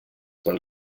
pel